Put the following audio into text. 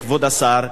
כבוד השר,